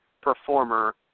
performer